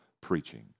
preaching